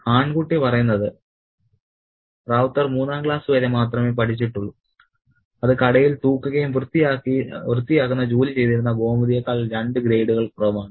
ആൺകുട്ടി പറയുന്നത് റൌത്തർ മൂന്നാം ക്ലാസ് വരെ മാത്രമേ പഠിച്ചിട്ടുള്ളൂ അത് കടയിൽ തൂക്കുകയും വൃത്തിയാക്കുന്ന ജോലി ചെയ്തിരുന്ന ഗോമതിയേക്കാൾ രണ്ട് ഗ്രേഡുകൾ കുറവാണ്